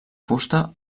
fusta